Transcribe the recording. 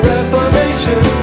Reformation